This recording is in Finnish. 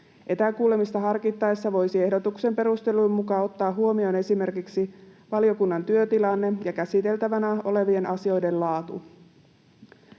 Etäkuulemista harkittaessa voisi ehdotuksen perusteluiden mukaan ottaa huomioon esimerkiksi valiokunnan työtilanteen ja käsiteltävänä olevien asioiden laadun.